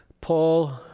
Paul